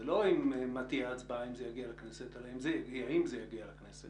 זה לא מה תהיה ההצבעה אם זה יגיע לכנסת אלא האם זה יגיע לכנסת.